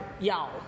y'all